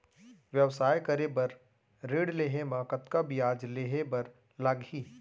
व्यवसाय करे बर ऋण लेहे म कतना ब्याज देहे बर लागही?